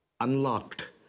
unlocked